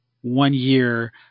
one-year